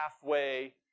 halfway